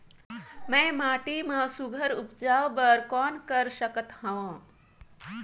मैं माटी मा सुघ्घर उपजाऊ बर कौन कर सकत हवो?